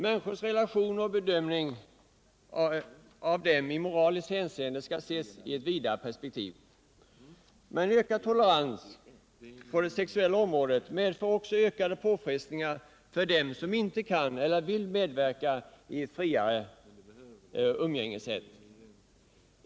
Människors relationer och bedömningen av dem i moraliskt hänseende skall ses i ett vidare perspektiv. Men ökad tolerans på det sexuella området medför också ökade påfrestningar för dem som inte kan eller vill medverka i ett friare umgängessätt.